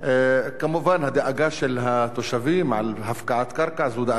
הדאגה של התושבים מהפקעת קרקע זו דאגה לגיטימית,